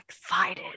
excited